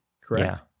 correct